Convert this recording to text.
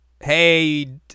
hey